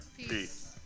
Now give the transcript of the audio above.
peace